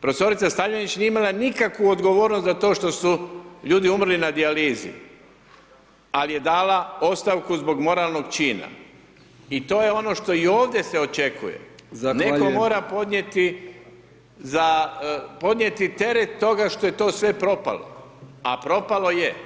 profesorica Stavljenić nije imala nikakvu odgovornost za to što su ljudi umrli na dijalizi, ali je dala ostavku zbog moralnog čina i to je ono što i ovdje se očekuje [[Upadica: Zahvaljujem.]] netko mora podnijeti za, podnijeti teret toga što je to sve propalo, a propalo je.